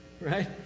Right